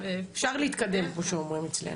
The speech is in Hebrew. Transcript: אפשר להתקדם, כמו שאומרים אצלנו.